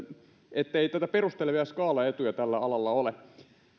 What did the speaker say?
ettei tätä perustelevia skaalaetuja tällä alalla ole